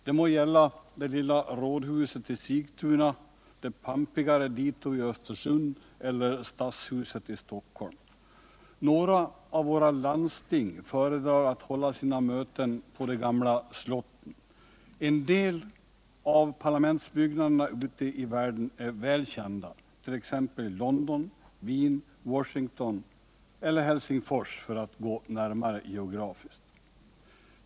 Det må gälla det lilla rådhuset i Sigtuna, det pampigare dito i Östersund eller Stadshuset i Stockholm. Några av våra landsting föredrar att hålla sina möten på de gamla slotten. En del av parlamentsbyggnaderna ute i världen är väl kända, t.ex. i London, Wien, Washington — eller Helsingfors, för alt gå närmare geografiskt.